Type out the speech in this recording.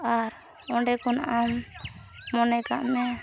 ᱟᱨ ᱚᱸᱰᱮ ᱠᱷᱚᱱ ᱟᱢ ᱢᱚᱱᱮᱠᱟᱜ ᱢᱮ